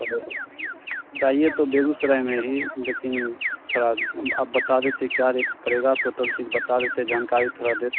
hello चाहिए तो बेगूसराय में ही लेकिन थोड़ा आप बता देते क्या रेट पड़ेगा टोटल चीज़ बता देते जानकारी थोड़ा दे